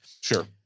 Sure